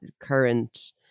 current